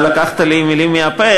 לקחת לי את המילים מהפה.